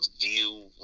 view